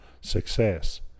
success